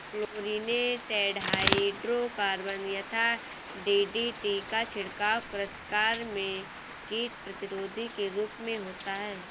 chlorinated hydrocarbon यथा DDT का छिड़काव कृषि कार्य में कीट प्रतिरोधी के रूप में होता है